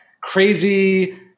crazy